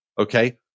Okay